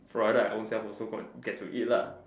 provided I own self also got get to eat lah